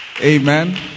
Amen